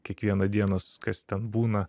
kiekvieną dieną kas ten būna